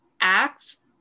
acts